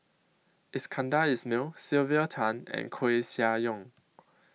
Iskandar Ismail Sylvia Tan and Koeh Sia Yong